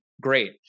great